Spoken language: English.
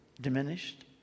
diminished